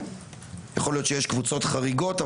יכול להיות שיש קבוצות חריגות,